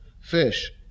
fish